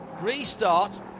restart